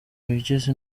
ibigize